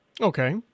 Okay